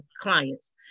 clients